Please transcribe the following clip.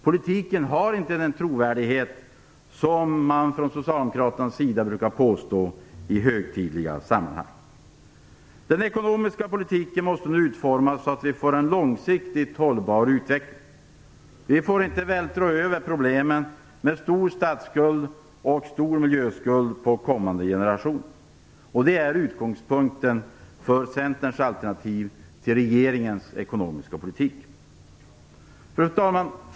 Politiken har inte den trovärdighet som socialdemokraterna brukar påstå i högtidliga sammanhang. Den ekonomiska politiken måste nu utformas så att vi får en långsiktigt hållbar utveckling. Vi får inte vältra över problemen med stor statsskuld och stor miljöskuld på kommande generationer. Det är utgångspunkten för Centerns alternativ till regeringens ekonomiska politik. Fru talman!